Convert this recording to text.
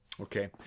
Okay